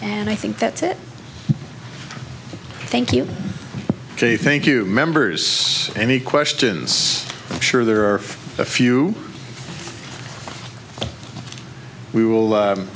and i think that's it thank you jay thank you members and he questions i'm sure there are a few we will